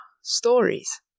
stories